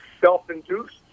self-induced